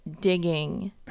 digging